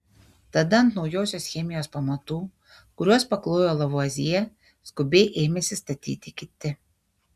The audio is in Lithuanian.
tada ant naujosios chemijos pamatų kuriuos paklojo lavuazjė skubiai ėmėsi statyti kiti